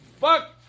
Fuck